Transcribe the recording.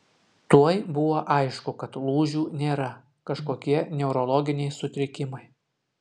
tuoj buvo aišku kad lūžių nėra kažkokie neurologiniai sutrikimai